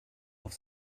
auf